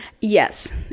Yes